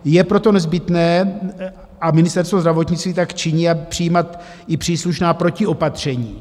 Je proto nezbytné a Ministerstvo zdravotnictví tak činí přijímat i příslušná protiopatření.